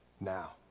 now